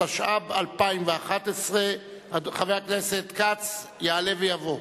התשע"ב 2011. חבר הכנסת כץ יעלה ויבוא.